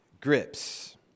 grips